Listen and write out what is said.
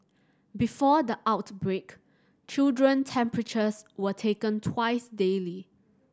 before the outbreak children temperatures were taken twice daily